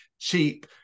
cheap